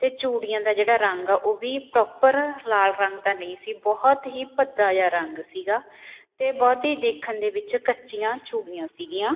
ਅਤੇ ਚੂੜੀਆਂ ਦਾ ਜਿਹੜਾ ਰੰਗ ਆ ਉਹ ਵੀ ਪ੍ਰੋਪਰ ਲਾਲ ਰੰਗ ਦਾ ਨਹੀਂ ਸੀ ਬਹੁਤ ਹੀ ਭੱਦਾ ਜਿਹਾ ਰੰਗ ਸੀਗਾ ਅਤੇ ਬਹੁਤ ਹੀ ਦੇਖਣ ਦੇ ਵਿੱਚ ਕੱਚੀਆਂ ਚੂੜੀਆਂ ਸੀਗੀਆਂ